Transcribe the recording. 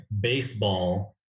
baseball